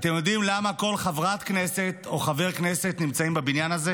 אתם יודעים למה כל חברת כנסת או חבר כנסת נמצאים בבניין הזה?